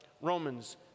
Romans